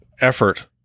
effort